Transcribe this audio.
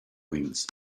wings